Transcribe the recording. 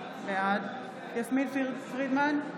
בעד יסמין פרידמן,